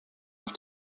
auf